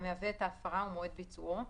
המהווה את ההפרה ומועד ביצועו,